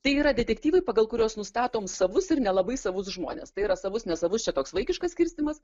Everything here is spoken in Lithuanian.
tai yra detektyvai pagal kuriuos nustatom savus ir nelabai savus žmones tai yra savus nesavus čia toks vaikiškas skirstymas